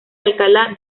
alcalá